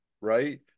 right